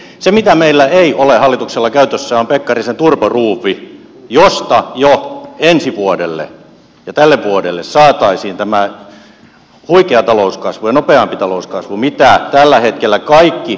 se mitä meillä ei ole hallituksella käytössä on pekkarisen turboruuvi josta jo ensi vuodelle ja tälle vuodelle saataisiin tämä huikea talouskasvu ja nopeampi talouskasvu kuin mitä tällä hetkellä kaikki ennustavat